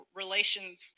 relations